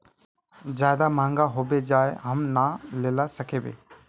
ज्यादा महंगा होबे जाए हम ना लेला सकेबे?